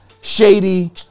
Shady